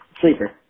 Sleeper